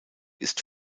ist